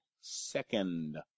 second